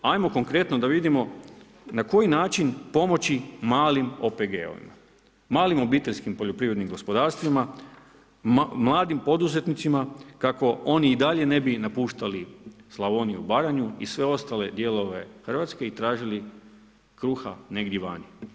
Ajmo konkretno da vidimo na koji način pomoći malim OPG-ima, malim obiteljskim poljoprivrednim gospodarstvima, mladim poduzetnicima kako oni i dalje ne bi napuštali Slavoniju i Baranju i sve ostale dijelove Hrvatske i tražili kruha negdje vani.